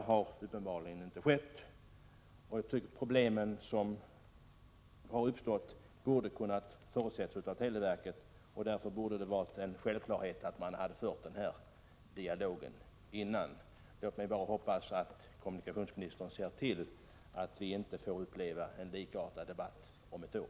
Så har inte skett, och de problem som nu uppstått borde ha kunnat förutses av televerket. KI. Det borde ha varit en självklarhet att en dialog skulle ha förts innan förslaget offentliggjordes. Låt mig bara hoppas att kommunikationsministern ser till att vi inte behöver uppleva en likartad debatt om ett år.